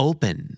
Open